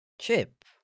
Chip